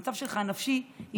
המצב הנפשי שלך,